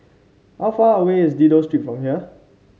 how far away is Dido Street from here